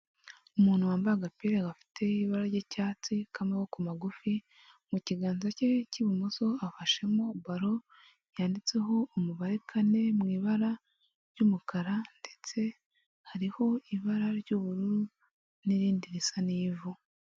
Umuntu wambaye agapira gafite ibara ry'icyatsi k'amaboko magufi mu kiganza cye cy'ibumoso afashemo ballon yanditseho umubare kane mu ibara ry'umukara ndetse hariho ibara ry'ubururu n'irindi risa n'ivu.